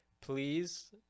Please